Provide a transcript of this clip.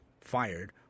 fired